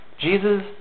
Jesus